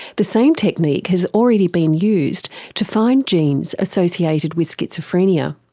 the same technique has already been used to find genes associated with schizophrenia.